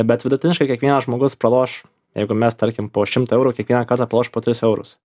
bet vidutiniškai kiekvienas žmogus praloš jeigu mes tarkim po šimtą eurų kiekvieną kartą praloš po tris eurus